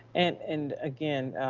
and and again,